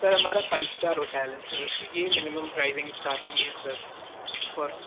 sir हमारा five star hotel है sir तो यह मिनिमम प्राइज़िंग इस्टार्टिंग ही है सर फ़ॉर अ